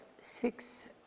six